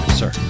sir